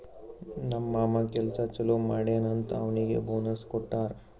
ನಮ್ ಮಾಮಾ ಕೆಲ್ಸಾ ಛಲೋ ಮಾಡ್ಯಾನ್ ಅಂತ್ ಅವ್ನಿಗ್ ಬೋನಸ್ ಕೊಟ್ಟಾರ್